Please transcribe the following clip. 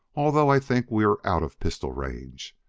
although i think we are out of pistol range.